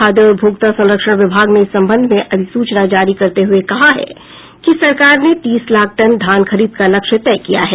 खाद्य और उपभोक्ता संरक्षण विभाग ने इस संबंध में अधिसूचना जारी करते हुए कहा है कि सरकार ने तीस लाख टन धान खरीद का लक्ष्य तय किया है